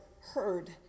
heard